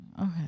okay